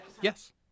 Yes